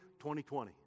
2020